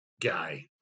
guy